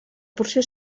porció